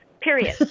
period